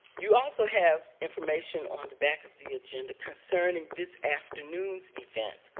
you also have information on the back of the agenda concerning this afternoon's event,